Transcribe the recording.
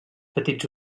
petits